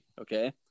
Okay